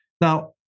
Now